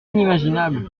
inimaginable